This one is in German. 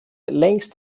längst